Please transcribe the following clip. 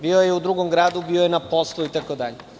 Bio je u drugom gradu, bio je na poslu itd.